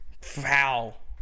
foul